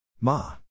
Ma